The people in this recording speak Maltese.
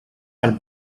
għall